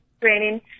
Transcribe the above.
training